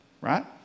Right